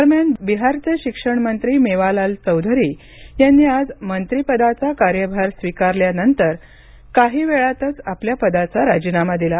दरम्यान बिहारचे शिक्षण मंत्री मेवालाल चौधरी यांनी आज मंत्रीपदाचा कार्यभार स्वीकारल्यानंतर काही वेळातच आपल्या पदाचा राजीनामा दिला